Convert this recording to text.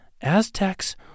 Aztecs